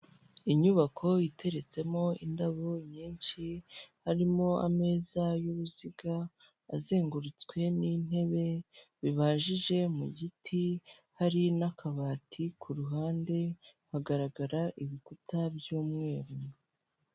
Inyubako iteretsemo indabo nyinshi, harimo ameza y'uruziga azengurutswe n'intebe bibajije mu giti, hari n'akabati ku ruhande, hagaragara ibikuta by'umweru.